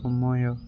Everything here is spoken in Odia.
ସମୟ